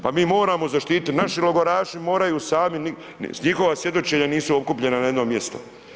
Pa mi moramo zaštiti, naši logoraši moraju sami, njihova svjedočenja nisu okupljena na jedno mjesto.